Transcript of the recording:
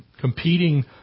competing